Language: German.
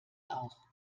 auch